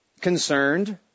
concerned